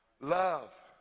love